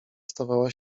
stawała